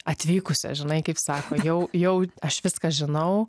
atvykusią žinai kaip sako jau jau aš viską žinau